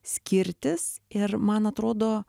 skirtis ir man atrodo